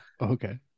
Okay